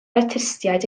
artistiaid